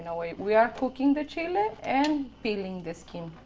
and we we are cooking the chili and peeling the skin,